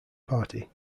party